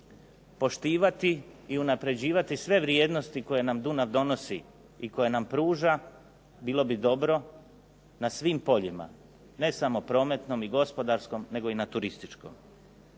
poštivati i unaprjeđivati sve vrijednosti koje nam Dunav donosi i koje nam pruža, bilo bi dobro na svim poljima, ne samo prometnom i gospodarskom nego i turističkom.